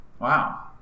Wow